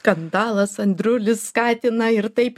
skandalas andriulis skatina ir taip